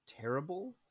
terrible